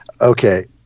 Okay